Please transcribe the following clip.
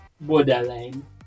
borderline